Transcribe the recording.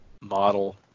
model